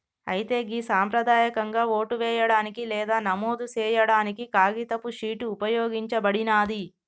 అయితే గి సంప్రదాయకంగా ఓటు వేయడానికి లేదా నమోదు సేయాడానికి కాగితపు షీట్ ఉపయోగించబడినాది